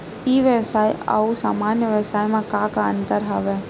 ई व्यवसाय आऊ सामान्य व्यवसाय म का का अंतर हवय?